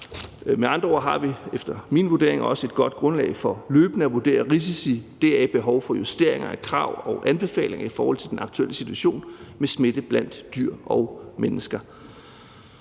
min vurdering også et godt grundlag for løbende at vurdere risici og deraf følgende behov for justeringer af krav og anbefalinger i forhold til den aktuelle situation med smitte mellem dyr og mennesker.